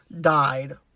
died